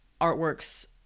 artworks